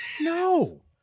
no